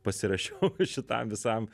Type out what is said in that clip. pasirašiau šitam visam